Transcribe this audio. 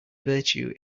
virtue